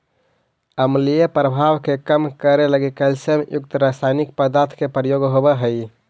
अम्लीय प्रभाव के कम करे लगी कैल्सियम युक्त रसायनिक पदार्थ के प्रयोग होवऽ हई